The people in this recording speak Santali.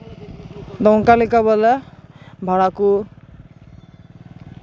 ᱱᱚᱝᱠᱟ ᱞᱮᱠᱟ ᱵᱚᱞᱮ ᱵᱷᱟᱲᱟ ᱠᱚ